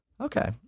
okay